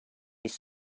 his